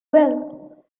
well